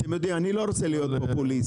אני לא רוצה להיות פופוליסט,